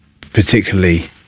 particularly